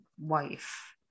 wife